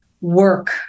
work